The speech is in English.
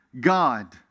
God